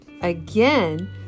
Again